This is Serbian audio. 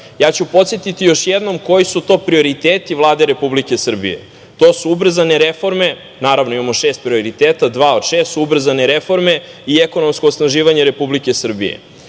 itd. Podsetiću još jednom koji su to prioriteti Vlade Republike Srbije. To su: ubrzane reforme… Naravno, imamo šest prioriteta, dva od šest su ubrzane reforme i ekonomsko osnaživanje Republike